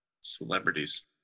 Celebrities